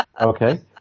Okay